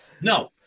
No